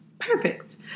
Perfect